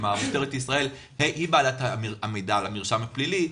משטרת ישראל היא בעלת המידע על המרשם הפלילי,